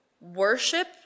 worship